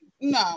no